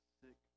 sick